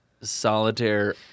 solitaire